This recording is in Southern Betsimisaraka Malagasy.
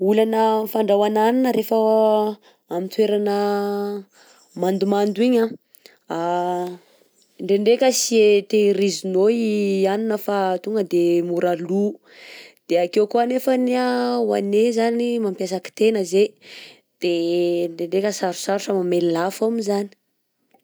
Olana amin'ny fandrahoana hanina rehefa amin'ny toerana mandomando igny a ndrendreka tsy hay tehirizinao i hanina fa tonga de mora lo, de akeo koà nefany an hoane zany mampiasa kitena zeh de ndrendreka sarotsarotra mamelogna afo aminjany.